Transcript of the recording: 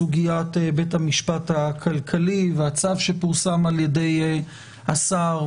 בסוגיית בית המשפט הכלכלי והצו שפורסם על ידי השר.